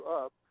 up